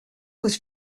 was